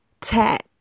tat